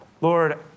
Lord